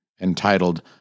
entitled